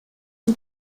die